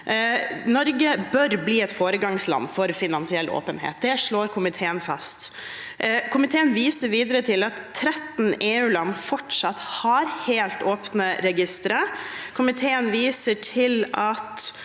Norge bør bli et foregangsland for finansiell åpenhet, det slår komiteen fast. Komiteen viser videre til at 13 EU-land fortsatt har helt åpne registre. Komiteen viser til at